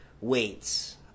weights